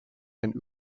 and